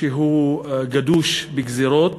שהוא גדוש בגזירות